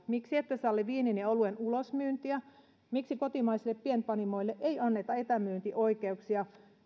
miksi ette salli viinin ja oluen ulosmyyntiä miksi kotimaisille pienpanimoille ei anneta etämyyntioikeuksia